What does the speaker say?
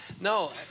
No